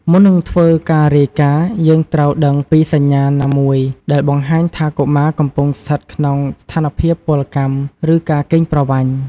មុននឹងធ្វើការរាយការណ៍ យើងត្រូវដឹងពីសញ្ញាណាមួយដែលបង្ហាញថាកុមារកំពុងស្ថិតក្នុងស្ថានភាពពលកម្ម ឬការកេងប្រវ័ញ្ច។